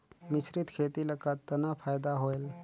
मिश्रीत खेती ल कतना फायदा होयल?